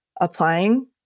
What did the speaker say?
applying